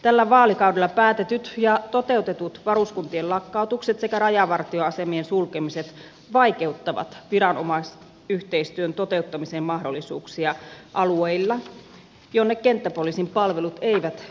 tällä vaalikaudella päätetyt ja toteutetut varuskuntien lakkautukset sekä rajavartioasemien sulkemiset vaikeuttavat viranomaisyhteistyön toteuttamisen mahdollisuuksia alueilla joille kenttäpoliisin palvelut eivät yllä